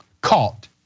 caught